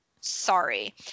Sorry